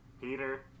Peter